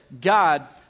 God